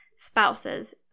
Spouses